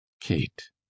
kate